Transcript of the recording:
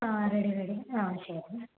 ആ ready ready ആ ശരി